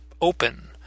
open